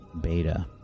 beta